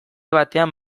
batean